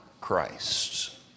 Christ's